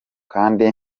kandi